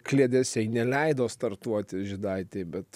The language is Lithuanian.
kliedesiai neleido startuoti žydaitei bet